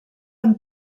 amb